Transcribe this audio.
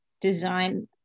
design